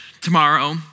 tomorrow